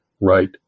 right